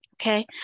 okay